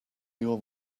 your